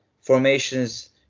formations